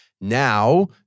now